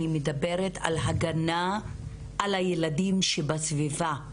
על הגנה על הילדים שבסביבה.